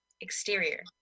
Exterior